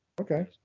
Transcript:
Okay